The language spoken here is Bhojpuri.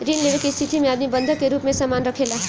ऋण लेवे के स्थिति में आदमी बंधक के रूप में सामान राखेला